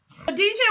DJ